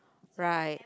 right